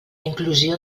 inclusió